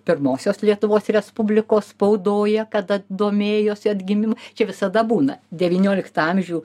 pirmosios lietuvos respublikos spaudoje kada domėjosi atgimimu čia visada būna devynioliktą amžių